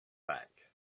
back